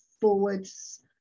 forwards